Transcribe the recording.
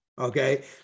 Okay